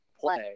play